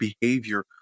behavior